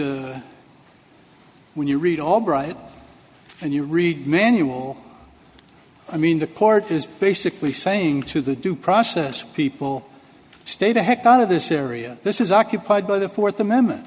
read when you read albright and you read manual i mean the court is basically saying to the due process people stay the heck out of this area this is occupied by the fourth amendment